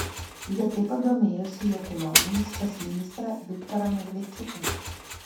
jie taip pat domėjosi jo kelionėmis pas ministrą viktorą medvedčuką